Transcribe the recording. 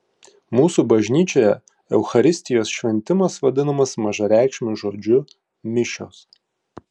mūsų bažnyčioje eucharistijos šventimas vadinamas mažareikšmiu žodžiu mišios